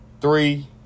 three